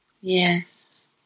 Yes